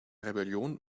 rebellion